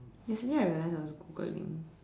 yesterday I realized I was Googling